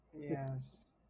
Yes